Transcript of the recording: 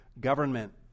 government